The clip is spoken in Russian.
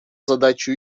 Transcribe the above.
задачу